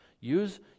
Use